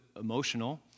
emotional